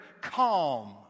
calm